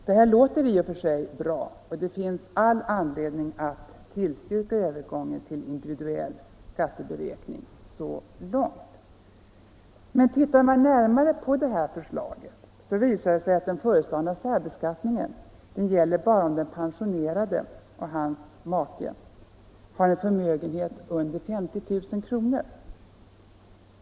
Detta låter i och för sig bra, och det finns all anledning att tillstyrka övergången till individuell skatteberäkning så långt. Ser man närmare på förslaget, visar det sig dock att den föreslagna särbeskattningen bara gäller om den pensionerade och hans eller hennes make har en förmögenhet under 50 000 kr.